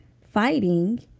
fighting